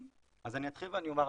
אני אתחיל ואומר,